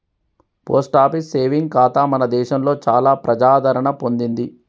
post office saving ఖాతా మన దేశంలో చాలా ప్రజాదరణ పొందింది